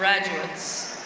graduates,